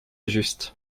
juste